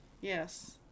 Yes